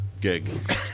gig